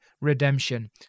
redemption